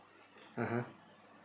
(uh huh)